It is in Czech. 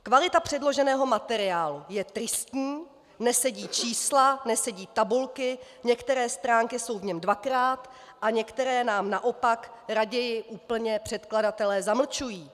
Kvalita předloženého materiálu je tristní, nesedí čísla, nesedí tabulky, některé stránky jsou v něm dvakrát a některé nám naopak raději úplně předkladatelé zamlčují.